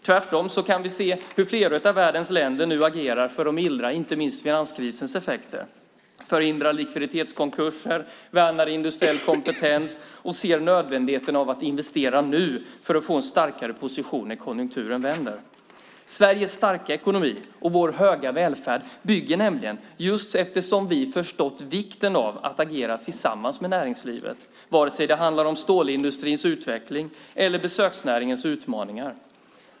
Tvärtom kan vi se hur flera av världens länder nu agerar för att mildra inte minst finanskrisens effekter, förhindrar likviditetskonkurser, värnar industriell kompetens och ser nödvändigheten av att investera nu för att få en starkare position när konjunkturen vänder. Sveriges starka ekonomi och vår höga välfärd bygger nämligen på att vi förstått vikten av att agera tillsammans med näringslivet, vare sig det handlar om stålindustrins utveckling eller om besöksnäringens utmaningar.